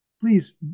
Please